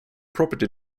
property